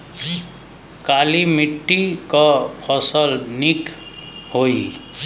काली मिट्टी क फसल नीक होई?